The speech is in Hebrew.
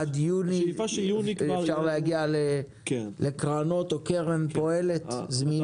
עד יוני אפשר להגיע לקרנות או קרן פועלת וזמינה?